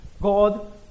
God